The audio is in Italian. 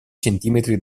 centimetri